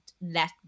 let